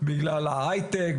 בגלל ההיי טק,